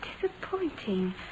disappointing